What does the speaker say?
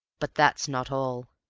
but that's not all.